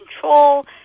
control